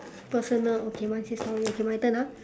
personal okay mine say story okay my turn ah